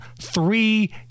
three